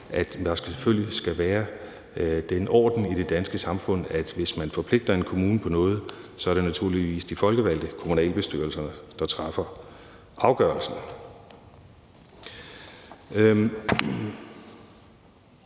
at der selvfølgelig skal være den orden i det danske samfund, at hvis man forpligter en kommune på noget, er det naturligvis de folkevalgte i kommunalbestyrelsen, der træffer afgørelsen.